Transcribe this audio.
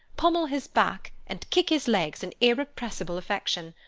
pommel his back, and kick his legs in irrepressible affection!